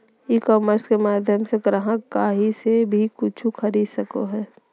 ई commerce के माध्यम से ग्राहक काही से वी कूचु खरीदे सको हइ